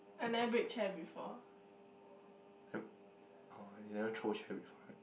I never break chair before